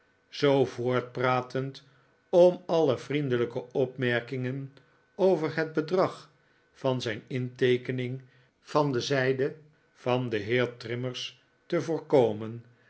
zoo voortpratend om alle vriendelijke opmerkingen over het bedrag van zijn inteekening van de zijde van den heer trimmers te voorkomen